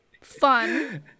Fun